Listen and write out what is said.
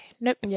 nope